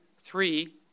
three